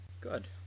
Good